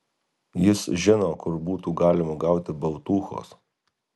jis žino kur būtų galima gauti baltūchos